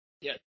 Yes